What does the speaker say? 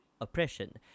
oppression